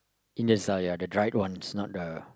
indian style yeah the dried ones not the